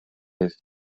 jest